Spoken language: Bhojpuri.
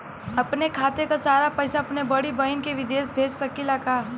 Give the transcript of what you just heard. अपने खाते क सारा पैसा अपने बड़ी बहिन के विदेश भेज सकीला का?